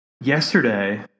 Yesterday